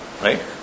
right